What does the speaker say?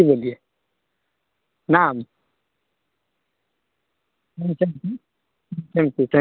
ई कोनो ई कोनो दोसर स्टेट सबमे नहि छै इहए कहब आओर की कहब